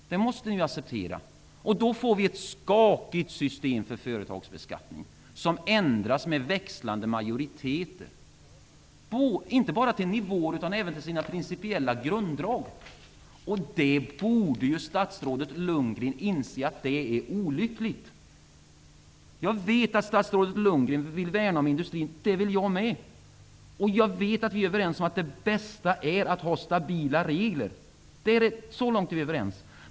Det måste ni acceptera. Då får vi ett skakigt system för företagsbeskattning -- ett system som ändras med växlande majoriteter, inte bara när det gäller nivåer utan också när det gäller de principiella grunddragen. Statsrådet Bo Lundgren borde inse att det vore olyckligt. Jag vet att statsrådet Lundgren vill värna om industrin. Det vill jag också. Jag vet också att vi är överens om att det bästa är att vi har stabila regler. Så långt är vi överens.